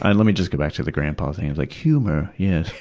and let me just go back to the grandpa thing of like, humor, yes,